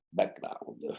background